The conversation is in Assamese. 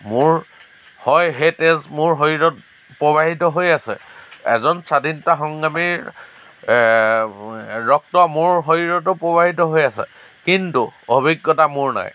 মোৰ হয় সেই তেজ মোৰ শৰীৰত প্ৰবাহিত হৈ আছে এজন স্ৱাধীনতা সংগ্ৰামীৰ ৰক্ত মোৰ শৰীৰতো প্ৰবাহিত হৈ আছে কিন্তু অভিজ্ঞতা মোৰ নাই